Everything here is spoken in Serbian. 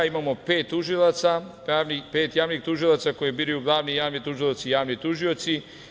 Imamo pet javnih tužilaca koje biraju glavni javni tužilac i javni tužioci.